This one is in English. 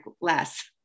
less